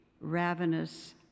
ravenous